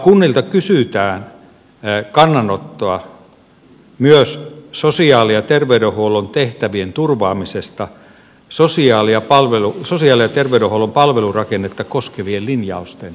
kunnilta kysytään kannanottoa myös sosiaali ja terveydenhuollon tehtävien turvaamisesta sosiaali ja terveydenhuollon palvelurakennetta koskevien linjausten perusteella